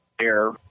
air